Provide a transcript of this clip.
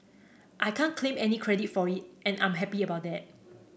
I can't claim any credit for it and I'm happy about that